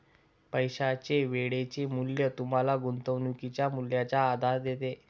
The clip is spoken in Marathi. पैशाचे वेळेचे मूल्य तुम्हाला गुंतवणुकीच्या मूल्याचा आधार देते